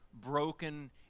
broken